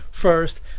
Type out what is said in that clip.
first